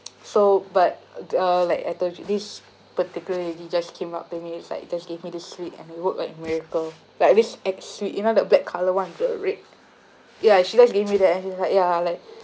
so but uh like I told you this particular lady just came up to me it's like just gave me this sweet and it worked like miracle like this ex sweet you know the black colour one the red ya she just gave me that and she's like ya like